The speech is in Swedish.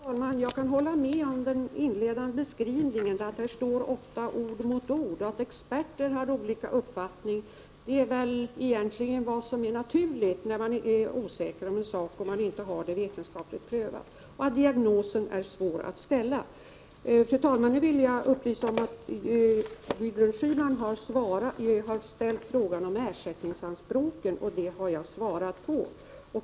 Fru talman! Jag kan hålla med om den inledande beskrivningen att ord står mot ord och att experter har olika uppfattningar. Detta är väl naturligt om man är osäker på något som inte är vetenskapligt prövat. Diagnosen är också svår att ställa. Fru talman! Nu vill jag upplysa om att Gudrun Schyman har ställt frågan om ersättningsanspråken, och den frågan har jag svarat på.